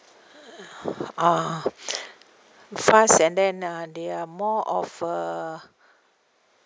uh fast and then uh they are more of a